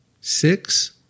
six